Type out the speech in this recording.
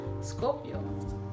Scorpio